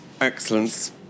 excellence